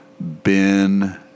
Ben